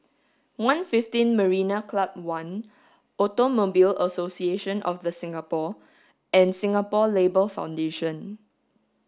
one fifteen Marina Club One Automobile Association of The Singapore and Singapore Labour Foundation